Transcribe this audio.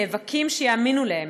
נאבקים שיאמינו להם,